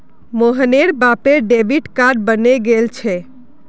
मोहनेर बापेर debit card बने गेल छे